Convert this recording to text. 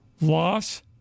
loss